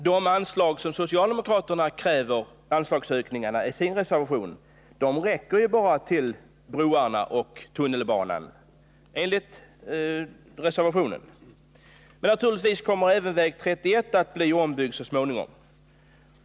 De anslagsökningar som socialdemokraterna kräver i sin reservation räcker bara till broarna och tunnelbanan, enligt vad som också sägs i reservationen. Men naturligtvis kommer även riksväg 31 att bli ombyggd så småningom.